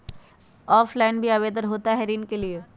Offline भी आवेदन भी होता है ऋण के लिए?